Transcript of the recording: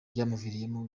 byamuviriyemo